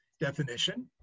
definition